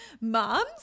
moms